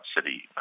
city